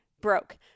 broke